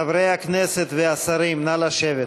חברי הכנסת והשרים, נא לשבת.